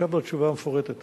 ועכשיו לתשובה המפורטת.